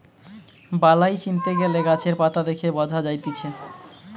বালাই চিনতে গ্যালে গাছের পাতা দেখে বঝা যায়তিছে